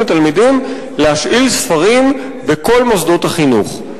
לתלמידים לשאול ספרים בכל מוסדות החינוך.